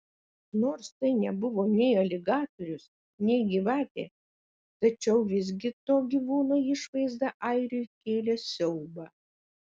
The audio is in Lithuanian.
nors tai nebuvo nei aligatorius nei gyvatė tačiau visgi to gyvūno išvaizda airiui kėlė siaubą